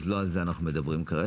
אז לא על זה אנחנו מדברים כרגע.